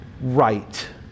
right